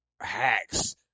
Hacks